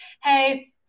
hey